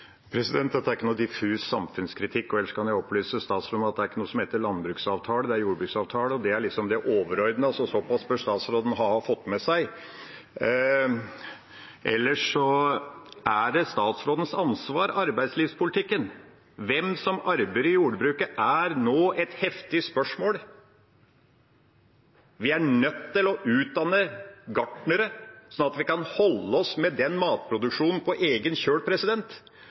Dette er ikke noen diffus samfunnskritikk. Og ellers kan jeg opplyse statsråden om at det ikke er noe som heter landbruksavtale, men jordbruksavtale, og det er det overordnede, så såpass bør statsråden ha fått med seg. Ellers er arbeidslivspolitikken statsrådens ansvar. Hvem som arbeider i jordbruket, er nå et heftig spørsmål. Vi er nødt til å utdanne gartnere, sånn at vi kan holde oss med den matproduksjonen på egen kjøl,